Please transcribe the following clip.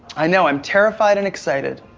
i know, i'm terrified and excited.